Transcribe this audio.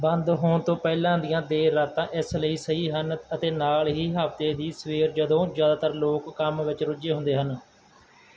ਬੰਦ ਹੋਣ ਤੋਂ ਪਹਿਲਾਂ ਦੀਆਂ ਦੇਰ ਰਾਤਾਂ ਇਸ ਲਈ ਸਹੀ ਹਨ ਅਤੇ ਨਾਲ ਹੀ ਹਫ਼ਤੇ ਦੀ ਸਵੇਰ ਜਦੋਂ ਜ਼ਿਆਦਾਤਰ ਲੋਕ ਕੰਮ ਵਿੱਚ ਰੁੱਝੇ ਹੁੰਦੇ ਹਨ